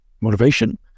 motivation